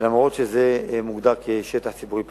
אף שזה מוגדר כשטח ציבורי פתוח.